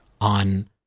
on